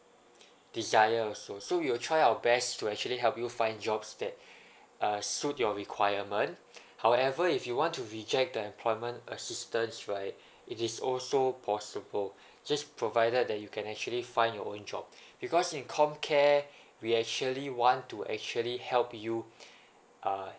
desire so so we will try our best to actually help you find jobs that uh suit your requirement however if you want to rejectthe employment assistance right it is also possible just provided that you can actually find your own job because in comcare we actually want to actually help you uh